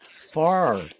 far